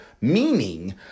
meaning